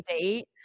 date